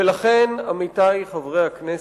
ולכן, עמיתי חברי הכנסת,